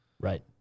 Right